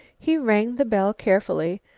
he rang the bell carefully,